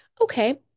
okay